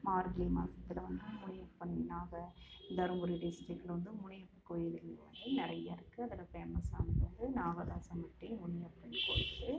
மார்கழி மாசத்தில் வந்து முனிக்கு பண்ணாங்க தர்மபுரி டிஸ்ட்ரிக்கில் வந்து முனி கோயில் இருக்குது நிறையா இருக்குது அதில் ஃபேமஸ் ஆனது வந்து நாகரசம்பட்டி முனியப்பன் கோயில்